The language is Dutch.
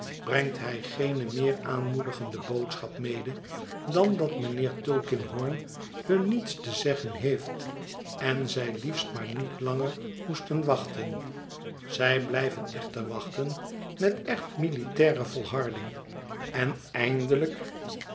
brengt hij geene meer aanmoedigende boodschap mede dan dat mijnheer tulkinghorn hun niets te zeggen heeft en zij liefst maar niet langer moesten wachten zij blijven echter wachten met echt militaire volharding en eindelijk